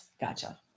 Gotcha